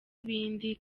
ibindi